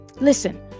Listen